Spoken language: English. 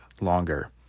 longer